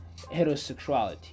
heterosexuality